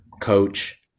coach